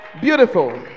Beautiful